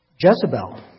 Jezebel